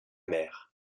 mer